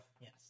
Yes